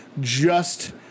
Just-